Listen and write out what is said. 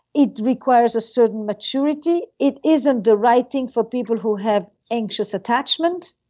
it requires a certain maturity, it isn't the right thing for people who have anxious attachment,